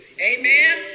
Amen